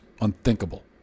unthinkable